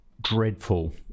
dreadful